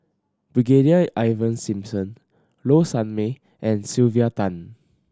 Brigadier Ivan Simson Low Sanmay and Sylvia Tan